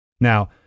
Now